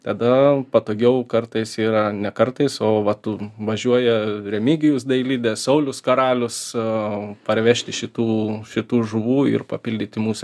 tada patogiau kartais yra ne kartais o vat važiuoja remigijus dailidė saulius karalius parvežti šitų šitų žuvų ir papildyti mūsų